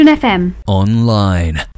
Online